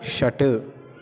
षट्